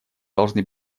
должны